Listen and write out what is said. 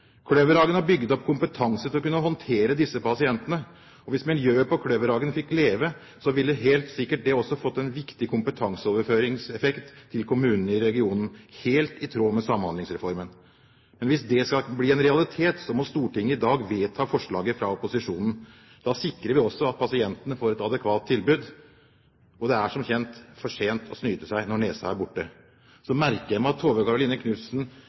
har bygd opp kompetanse til å kunne håndtere disse pasientene, og hvis miljøet på Kløverhagen fikk leve, ville det helt sikkert også fått en viktig kompetanseoverføringseffekt overfor kommunene i regionen – helt i tråd med Samhandlingsreformen. Men hvis det skal bli en realitet, må Stortinget i dag vedta forslaget fra opposisjonen. Da sikrer vi også at pasientene får et adekvat tilbud, og det er som kjent for sent å snyte seg når nesa er borte. Så merket jeg meg at Tove Karoline Knutsen